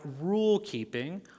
rule-keeping